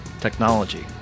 technology